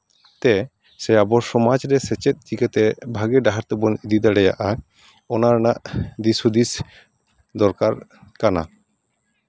ᱛᱮ ᱥᱮ ᱟᱵᱚ ᱥᱚᱢᱟᱡᱽ ᱨᱮᱥᱮ ᱥᱮᱪᱮᱫ ᱪᱤᱠᱟᱹᱛᱮ ᱵᱷᱟᱜᱮ ᱰᱟᱦᱟᱨ ᱛᱮᱵᱚᱱ ᱤᱫᱤ ᱫᱟᱲᱮᱭᱟᱜᱼᱟ ᱚᱱᱟ ᱨᱮᱱᱟᱜ ᱫᱤᱥ ᱦᱩᱫᱤᱥ ᱫᱚᱨᱠᱟᱨ ᱠᱟᱱᱟ